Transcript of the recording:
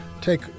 take